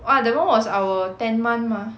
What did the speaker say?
ah that [one] was our ten month mah